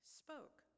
spoke